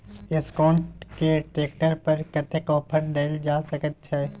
Escort के tractor पर कतेक ऑफर दैल जा सकेत छै?